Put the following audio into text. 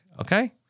okay